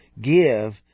give